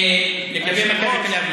היושב-ראש.